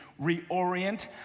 reorient